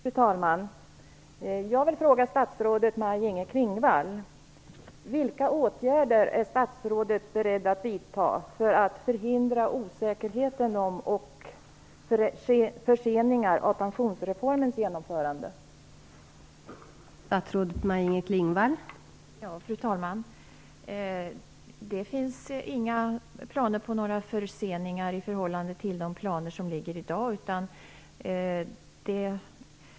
Fru talman! Jag vill fråga statsrådet Maj-Inger Klingvall: Vilka åtgärder är statsrådet beredd att vidta för att förhindra osäkerheten om och förseningar av pensionsreformens genomförande?